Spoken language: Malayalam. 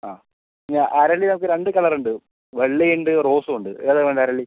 ആ പിന്നെ അരളി നമുക്ക് രണ്ട് കളറുണ്ട് വെള്ളയുണ്ട് റോസ്സുവുണ്ട് ഏതാ വേണ്ടത് അരളി